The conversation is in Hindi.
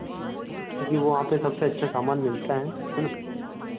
अभी वहाँ पर सबसे अच्छा सामान मिलता है है ना